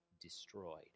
destroyed